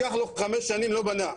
לקח לו חמש שנים לא בנה,